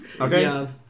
Okay